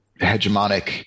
hegemonic